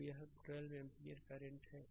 तो यह 12 ampere current है